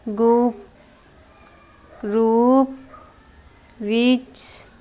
ਗੁਪਤ ਰੂਪ ਵਿੱਚ